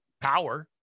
power